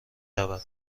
رود